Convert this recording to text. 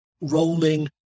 rolling